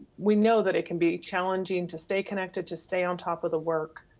we know that it can be challenging to stay connected, to stay on top of the work.